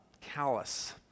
callous